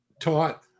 taught